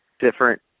different